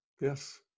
Yes